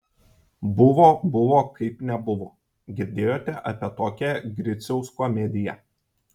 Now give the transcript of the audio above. buvo buvo kaip nebuvo girdėjote apie tokią griciaus komediją